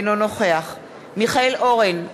אינו נוכח מיכאל אורן,